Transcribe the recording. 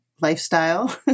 lifestyle